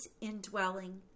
indwelling